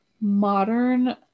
modern